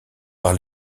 par